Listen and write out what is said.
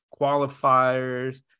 qualifiers